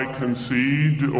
concede